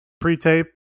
pre-tape